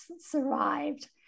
survived